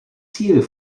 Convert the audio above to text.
ziel